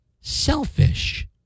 Selfish